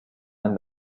and